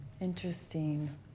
Interesting